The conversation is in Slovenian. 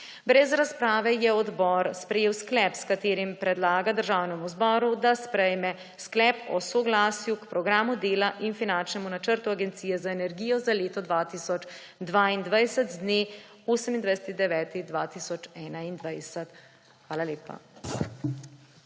Brez razprave je odbor sprejel sklep, s katerim predlaga Državnemu zboru, da sprejme sklep o soglasju k programu dela in finančnemu načrtu Agencije za energijo za leto 2022 z dne 28. 9. 2021. Hvala lepa.